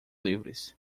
livres